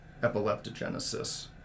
epileptogenesis